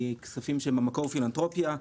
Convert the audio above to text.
מכספים שהם במקור פילנתרופיה,